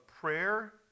prayer